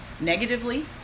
negatively